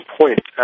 point